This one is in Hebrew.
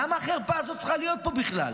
למה החרפה הזאת צריכה להיות פה בכלל?